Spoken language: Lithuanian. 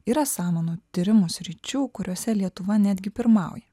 yra samanų tyrimų sričių kuriose lietuva netgi pirmauja